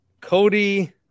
Cody